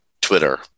Twitter